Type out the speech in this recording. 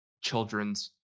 Children's